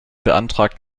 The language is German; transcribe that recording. beantragt